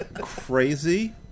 Crazy